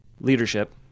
leadership